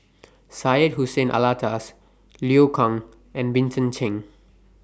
Syed Hussein Alatas Liu Kang and Vincent Cheng